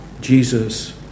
Jesus